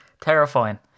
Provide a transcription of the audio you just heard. terrifying